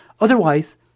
Otherwise